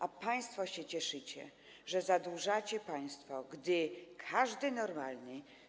A państwo się cieszycie, że zadłużacie państwo, gdy każdy normalny.